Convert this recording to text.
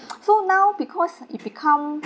so now because it become